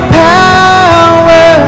power